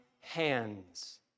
hands